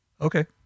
Okay